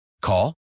Call